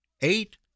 Eight